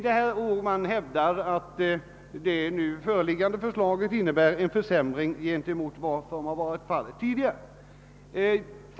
Reservanterna hävdar att det nu föreliggande förslaget innebär en försämring i jämförelse med vad som har gällt tidigare.